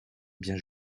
bien